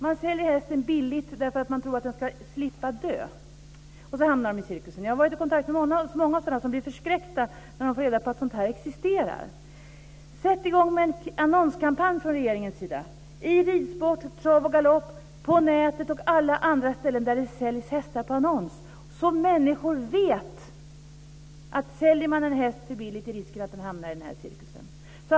De säljer hästen billigt därför att de tror att den ska slippa dö, och så hamnar den i cirkusen. Jag har varit i kontakt med många människor som blivit förskräckta när de får reda på att sådant här existerar. Sätt i gång med en annonskampanj från regeringens sida i Ridsport, Trav och galopp, på nätet och alla andra ställen där det säljs hästar på annons så att människor vet att om de säljer en häst för billigt finns risken att den hamnar i den här cirkusen!